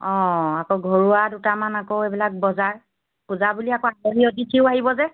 অ আকৌ ঘৰুৱা দুটামান আকৌ এইবিলাক বজাৰ পূজা বুলি আকৌ আলহী অতিথিও আহিব যে